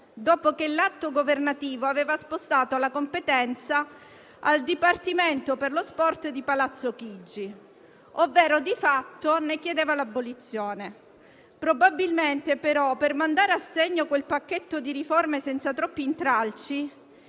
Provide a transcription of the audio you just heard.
dopo che l'atto governativo aveva spostato la competenza al Dipartimento per lo sport di Palazzo Chigi, ovvero di fatto ne chiedeva l'abolizione. Probabilmente, però, per mandare a segno quel pacchetto di riforme senza troppi intralci